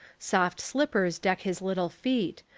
soft slippers deck his little feet,